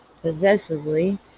Possessively